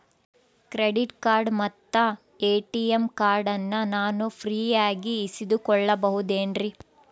Credit ಮತ್ತ ATM ಕಾರ್ಡಗಳನ್ನ ನಾನು ಫ್ರೇಯಾಗಿ ಇಸಿದುಕೊಳ್ಳಬಹುದೇನ್ರಿ?